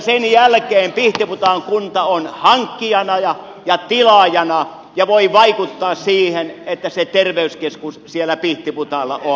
sen jälkeen pihtiputaan kunta on hankkijana ja tilaajana ja voi vaikuttaa siihen että se terveyskeskus siellä pihtiputaalla on